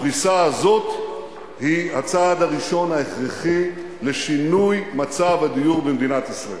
הפריסה הזאת היא הצעד הראשון ההכרחי לשינוי מצב הדיור במדינת ישראל.